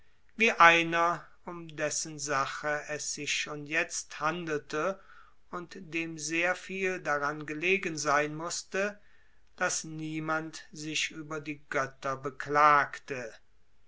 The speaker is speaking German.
wie einer um dessen sache es sich schon jetzt handelte und dem sehr viel daran gelegen sein mußte daß niemand sich über die götter beklagte